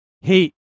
hey